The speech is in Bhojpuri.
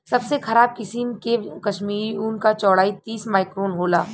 सबसे खराब किसिम के कश्मीरी ऊन क चौड़ाई तीस माइक्रोन होला